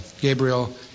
Gabriel